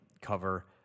cover